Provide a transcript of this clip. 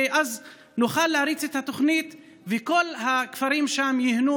ואז נוכל להריץ את התוכנית וכל הכפרים שם ייהנו